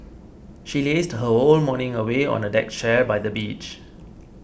she lazed her whole morning away on a deck chair by the beach